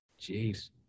Jeez